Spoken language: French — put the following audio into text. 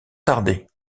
tarder